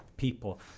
people